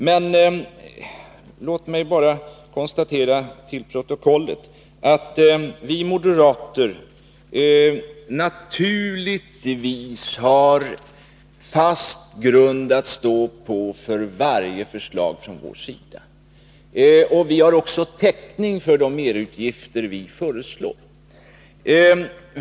Men låt mig bara konstatera till protokollet att vi moderater naturligtvis har fast grund att stå på för varje förslag från vår sida. Vi har också täckning för de merutgifter vi föreslår.